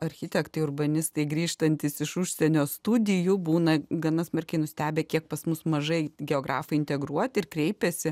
architektai urbanistai grįžtantys iš užsienio studijų būna gana smarkiai nustebę kiek pas mus mažai geografai integruoti ir kreipiasi